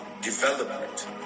development